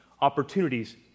opportunities